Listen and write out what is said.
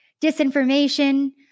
disinformation